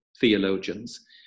theologians